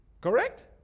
Correct